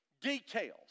details